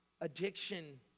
addiction